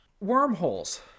Wormholes